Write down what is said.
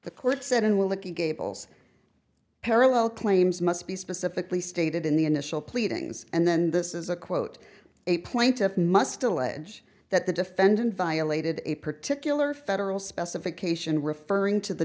at gables parallel claims must be specifically stated in the initial pleadings and then this is a quote a plaintiff must still age that the defendant violated a particular federal specification referring to the